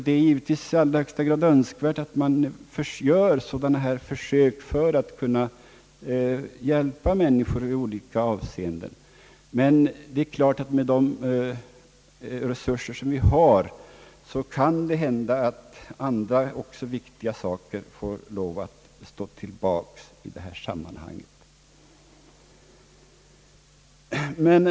Det är självfallet i allra högsta grad önskvärt att försök av detta slag görs för att hjälpa människor i olika avseenden. Men det är klart att med de resurser som vi har kan det hända att andra, också viktiga, saker får lov att stå tillbaka i detta sammanhang.